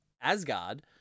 Asgard